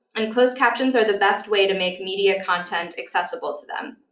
and closed captions are the best way to make media content accessible to them.